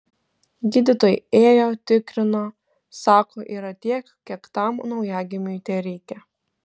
gydytojai ėjo tikrino sako yra tiek kiek tam naujagimiui tereikia